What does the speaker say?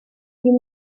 you